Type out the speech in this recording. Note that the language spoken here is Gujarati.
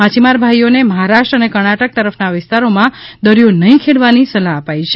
માછીમાર ભાઇઓને મહારાષ્ટ્ર અને કર્ણાટક તરફના વિસ્તારોમાં દરિયો નહીં ખેડવાની સલાહ અપાઇ છે